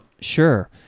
sure